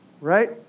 Right